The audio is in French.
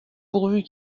pourvu